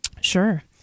Sure